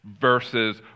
versus